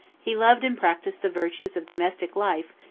he loved and practised the virtues of domestic life,